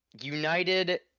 United